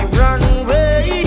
runway